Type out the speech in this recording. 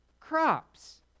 crops